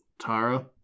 Tara